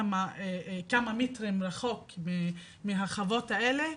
כמה מטרים רחוק מהחוות האלה,